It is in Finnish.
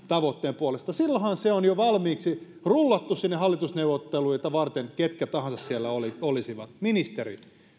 tavoitteen puolesta silloinhan se on jo valmiiksi rullattu sinne hallitusneuvotteluita varten ketkä tahansa siellä olisivat ministeri